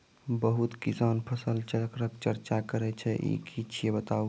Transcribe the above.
बहुत किसान फसल चक्रक चर्चा करै छै ई की छियै बताऊ?